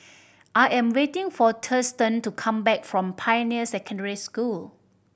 I am waiting for Thurston to come back from Pioneer Secondary School